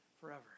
forever